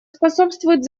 способствуют